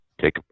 Take